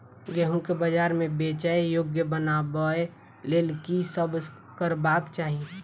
गेंहूँ केँ बजार मे बेचै योग्य बनाबय लेल की सब करबाक चाहि?